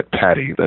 patty